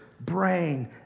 brain